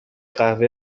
قهوه